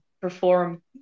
perform